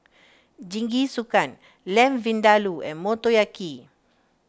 Jingisukan Lamb Vindaloo and Motoyaki